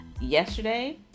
yesterday